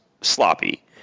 sloppy